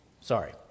Sorry